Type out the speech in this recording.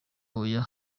oya